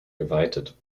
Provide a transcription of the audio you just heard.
geweitet